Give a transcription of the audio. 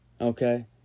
Okay